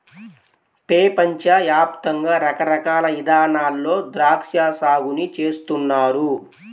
పెపంచ యాప్తంగా రకరకాల ఇదానాల్లో ద్రాక్షా సాగుని చేస్తున్నారు